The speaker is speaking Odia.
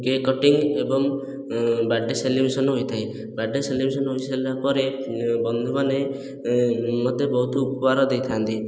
କେକ୍ କଟିଂ ଏବଂ ବର୍ଥଡ଼େ ସେଲିବ୍ରେସନ ହୋଇଥାଏ ବର୍ଥଡ଼େ ସେଲିବ୍ରେସନ ହୋଇସାରିଲା ପରେ ବନ୍ଧୁମାନେ ମୋତେ ବହୁତ ଉପହାର ଦେଇଥାନ୍ତି